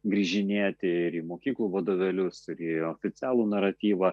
grįžinėti ir mokyklų vadovėlius ir į oficialų naratyvą